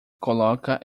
coloca